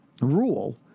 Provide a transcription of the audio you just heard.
rule